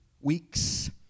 Weeks